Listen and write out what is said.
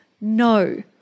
No